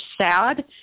sad